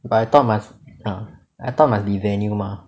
but I thought must I thought must be venue mah